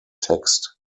text